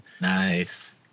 Nice